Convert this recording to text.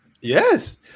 Yes